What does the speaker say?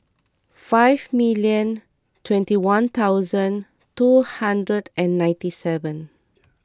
five million twenty one thousand two hundred and ninety seven